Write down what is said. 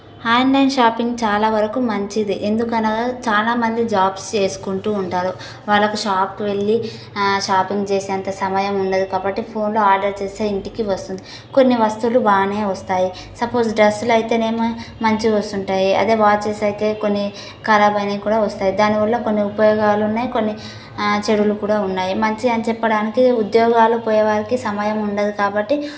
online shopping చాలావరకు మంచిది ఎందుకనగా చాలామంది జాబ్స్ చేసుకుంటూ ఉంటారు వాళ్ళకు షాప్కి వెళ్ళి షాపింగ్ చేసే అంత సమయం ఉండదు కాబట్టి ఫోన్లో ఆర్డర్ చేస్తే ఇంటికి వస్తుంది కొన్ని వస్తువులు బాగానే వస్తాయి సపోజ్ డ్రెస్సులైతే ఏమో మంచిగా వస్తాయి గుర్తుంటాయి అదే వాచెస్ అయితే కొన్ని కరాబ్ అయినవి కూడా వస్తాయి దానివల్ల కొన్ని ఉపయోగాలు ఉన్నాయి కొన్ని చెడులు కూడా ఉన్నాయి మంచి అని చెప్పడానికి ఉద్యోగాలకి పోయేవారికి సమయం ఉండదు కాబట్టి